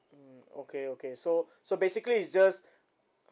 okay okay so so basically is just